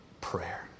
prayer